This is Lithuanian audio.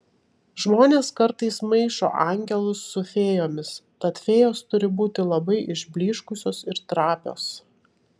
žmonės kartais maišo angelus su fėjomis tad fėjos turi būti labai išblyškusios ir trapios